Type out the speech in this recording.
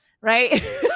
right